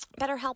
BetterHelp